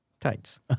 tights